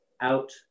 out